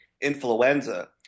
influenza